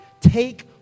Take